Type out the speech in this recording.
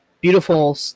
beautiful